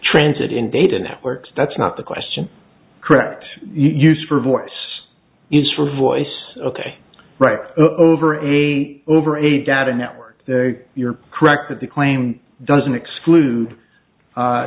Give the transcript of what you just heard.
transit in data networks that's not the question correct use for voice use for voice ok right over a over a data network you're correct that the claim doesn't exclude